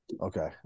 Okay